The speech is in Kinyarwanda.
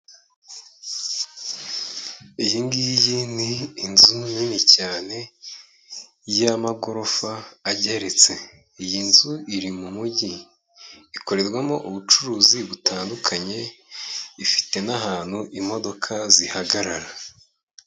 Iyi ngiyi ni inzu nini cyane y'amagorofa ageretse. Iyi nzu iri mu mujyi. Ikorerwamo ubucuruzi butandukanye, ifite n'ahantu imodoka zihagarara.